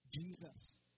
Jesus